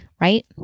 right